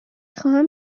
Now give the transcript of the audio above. خواهم